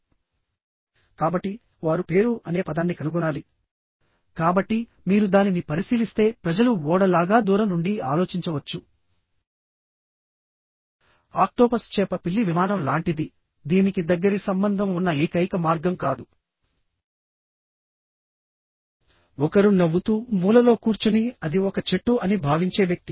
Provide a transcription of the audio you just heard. కాబట్టి వారు పేరు అనే పదాన్ని కనుగొనాలి కాబట్టి మీరు దానిని పరిశీలిస్తే ప్రజలు ఓడ లాగా దూరం నుండి ఆలోచించవచ్చు ఆక్టోపస్ చేప పిల్లి విమానం లాంటిది దీనికి దగ్గరి సంబంధం ఉన్న ఏకైక మార్గం కాదు ఒకరు నవ్వుతూ మూలలో కూర్చుని అది ఒక చెట్టు అని భావించే వ్యక్తి